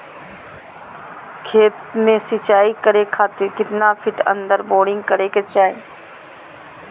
खेत में सिंचाई करे खातिर कितना फिट अंदर बोरिंग करे के चाही?